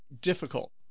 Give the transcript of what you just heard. difficult